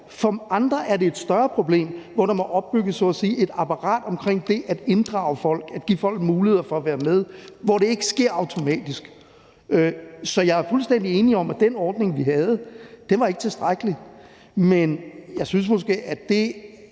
omfattende. Der må der så at sige opbygges et apparat omkring det at inddrage folk, altså at give folk mulighed for at være med, når det ikke sker automatisk. Så jeg er fuldstændig enig i, at den ordning, vi havde, ikke var tilstrækkelig. Men jeg synes måske, at det,